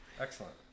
Excellent